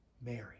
Mary